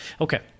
Okay